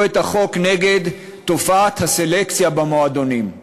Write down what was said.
את החוק נגד תופעת הסלקציה במועדונים.